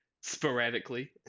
sporadically